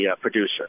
producer